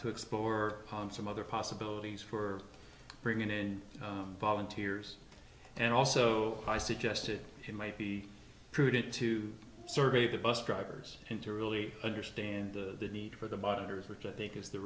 to explore some other possibilities for bringing in volunteers and also i suggested he might be prudent to survey the bus drivers and to really understand the need for the butter's which i think is the